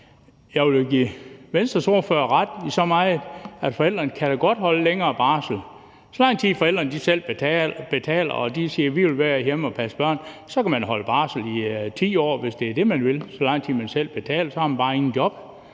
jeg vil give Venstres ordfører ret i så meget, at forældrene jo godt kan holde længere barsel. Så lang tid forældrene selv betaler og siger, at de vil være hjemme og passe børn, så kan man holde barsel i 10 år, hvis det er det, man vil – så lang tid man selv betaler. Så har man bare intet job.